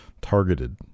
Targeted